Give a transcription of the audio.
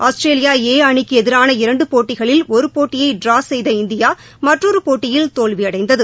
Australia A அணிக்கு எதிரான இரண்டு போட்டிகளில் ஒரு போட்டியை டிரா செய்த இந்தியா மற்றொரு போட்டியில் தோல்வியடைந்தது